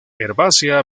herbácea